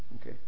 okay